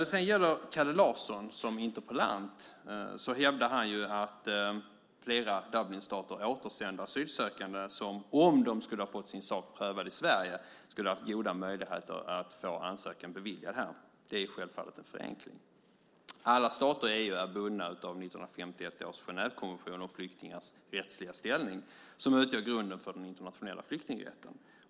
Interpellanten Kalle Larsson hävdar att flera Dublinstater återsänder asylsökande som, om de fått sin sak prövad i Sverige, skulle haft goda möjligheter att få ansökan beviljad här. Det är självfallet en förenkling. Alla stater är bundna av 1951 års Genèvekonvention om flyktingars rättsliga ställning som utgör grunden för den internationella flyktingrätten.